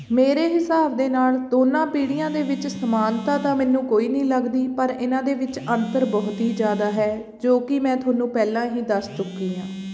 ਮੇਰੇ ਹਿਸਾਬ ਦੇ ਨਾਲ ਦੋਨਾਂ ਪੀੜ੍ਹੀਆਂ ਦੇ ਵਿੱਚ ਸਮਾਨਤਾ ਤਾਂ ਮੈਨੂੰ ਕੋਈ ਨਹੀਂ ਲੱਗਦੀ ਪਰ ਇਹਨਾਂ ਦੇ ਵਿੱਚ ਅੰਤਰ ਬਹੁਤ ਹੀ ਜ਼ਿਆਦਾ ਹੈ ਜੋ ਕਿ ਮੈਂ ਤੁਹਾਨੂੰ ਪਹਿਲਾਂ ਹੀ ਦੱਸ ਚੁੱਕੀ ਹਾਂ